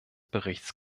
berichts